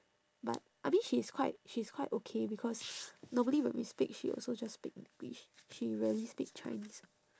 but I mean she is quite she is quite okay because normally when we speak she also just speak english she rarely speak chinese